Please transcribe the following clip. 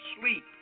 sleep